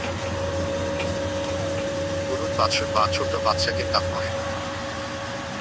গরুর বাছুর বা ছোট্ট বাচ্চাকে কাফ কহে